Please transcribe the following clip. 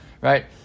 right